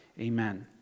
Amen